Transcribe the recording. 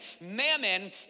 Mammon